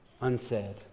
unsaid